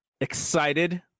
excited